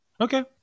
Okay